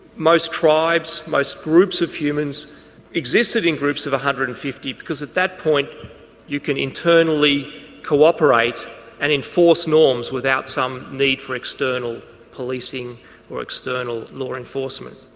most tribes, most groups of humans existed in groups of one hundred and fifty because at that point you can internally co-operate and enforce norms without some need for external policing or external law enforcement.